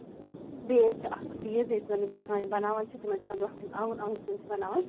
بیٚیہِ ییٚتہِ چھُ اکھ چیٖز ییٚتہِ زَن مکان یِم بَناوان چھِ تِمن چھُ آسان برونٛہہ کَنۍ آنگُن آنگنَس منٛز چھِ بَناوان